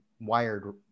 wired